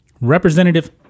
Representative